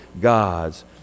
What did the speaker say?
God's